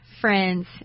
friends